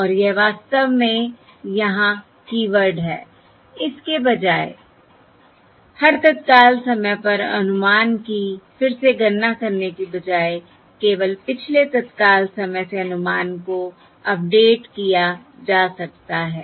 और यह वास्तव में यहाँ कीवर्ड है इसके बजाय हर तत्काल समय पर अनुमान की फिर से गणना करने की बजाय केवल पिछले तत्काल समय से अनुमान को अपडेट किया जा सकता है